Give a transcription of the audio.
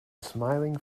smiling